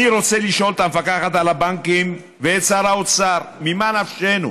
אני רוצה לשאול את המפקחת על הבנקים ואת שר האוצר: ממה נפשנו?